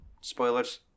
spoilers